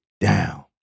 down